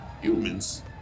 Humans